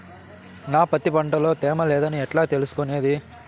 నా పత్తి పంట లో తేమ లేదని ఎట్లా తెలుసుకునేది?